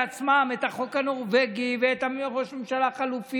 תעצמו רגע את העיניים ותדמיינו את חייכם ללא בחירה חופשית.